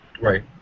Right